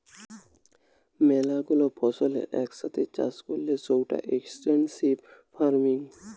ম্যালা গুলা ফসলের এক সাথে চাষ করলে সৌটা এক্সটেন্সিভ ফার্মিং